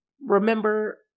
remember